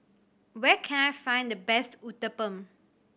where can I find the best Uthapam